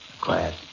Quiet